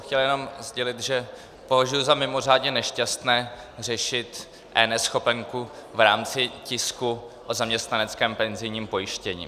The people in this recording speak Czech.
Chtěl jsem jenom sdělit, že považuji za mimořádně nešťastné řešit eNeschopenku v rámci tisku o zaměstnaneckém penzijním pojištění.